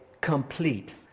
complete